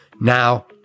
Now